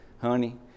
Honey